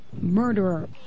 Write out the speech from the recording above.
Murderer